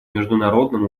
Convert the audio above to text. международном